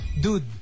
Dude